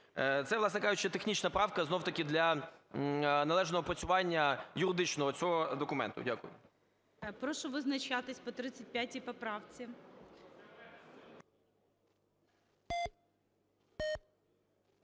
Це, власне кажучи, технічна правка, знов-таки, для належного опрацювання юридичного цього документу. Дякую. ГОЛОВУЮЧИЙ. Прошу визначатись по 35 поправці.